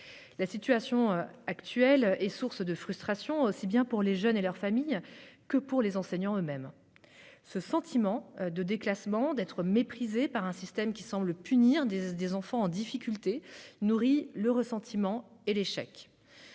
La situation actuelle est source de frustrations tant pour les jeunes et leurs familles que pour les enseignants eux-mêmes. L'impression d'être déclassé, méprisé par un système qui semble punir les enfants en difficulté nourrit le ressentiment et l'échec.